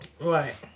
Right